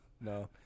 no